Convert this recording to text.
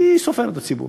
מי סופר את הציבור?